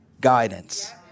guidance